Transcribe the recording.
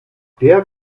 der